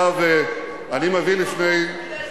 אדוני היושב-ראש, באתי מבחוץ.